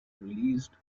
released